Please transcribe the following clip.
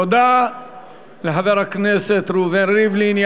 תודה לחבר הכנסת ראובן ריבלין.